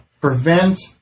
prevent